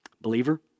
Believer